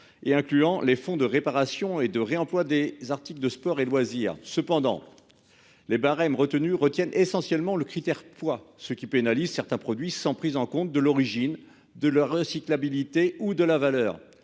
et incluant les fonds de réparation et de réemploi des articles de sports et loisirs cependant. Les barèmes retenu retiennent essentiellement le critère poids ce qui pénalise certains produits sans prise en compte de l'origine de leur cycle habilité ou de la valeur.